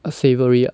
savoury ah